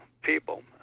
people